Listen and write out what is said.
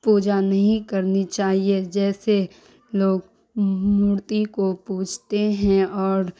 پوجا نہیں کرنی چاہیے جیسے لوگ مورتی کو پوجتے ہیں اور